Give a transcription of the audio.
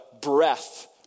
breath